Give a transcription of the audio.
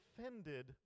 offended